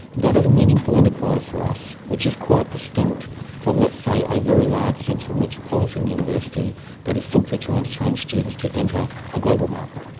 that is a meaningful enterprise for us which is quite distinct from, let's say, a very large central metropolitan university that is simply trying to train students to enter a global market.